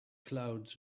clouds